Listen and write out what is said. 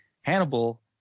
Hannibal